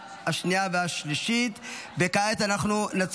17 בעד, עשרה נגד, אין נמנעים.